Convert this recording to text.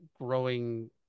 growing